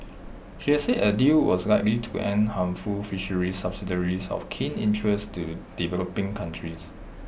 she has said A deal was likely to end harmful fisheries subsidies of keen interest to developing countries